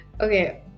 Okay